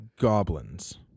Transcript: goblins